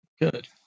Good